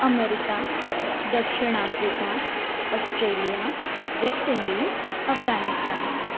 America दक्षिण Africa Australia West Indies Afghanistan